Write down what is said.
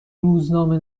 روزنامه